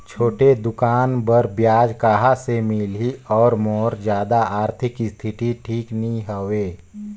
छोटे दुकान बर ब्याज कहा से मिल ही और मोर जादा आरथिक स्थिति ठीक नी हवे?